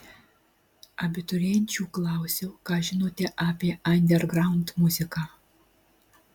abiturienčių klausiau ką žinote apie andergraund muziką